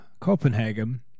Copenhagen